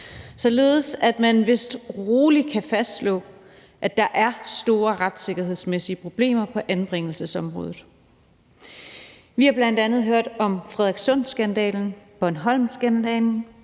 således at man vist roligt kan fastslå, at der er store retssikkerhedsmæssige problemer på anbringelsesområdet. Vi har bl.a. hørt om Frederikssundskandalen, Bornholmskandalen,